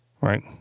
right